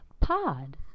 Pod